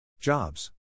Jobs